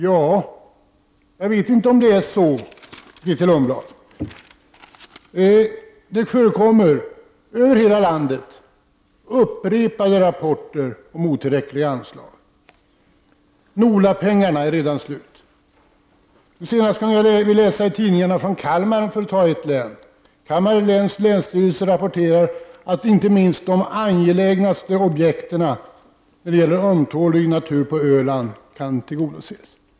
Det kan jag inte hålla med om. Från hela landet kommer upprepade rapporter om otillräckliga anslag. NOLA-pengarna är redan slut. Senast kunde jag i en Kalmartidning läsa att länsstyrelsen i Kalmar län rapporterar att inte ens behovet av att skydda de mest angelägna objekten i fråga om ömtålig natur på Öland kan tillgodoses.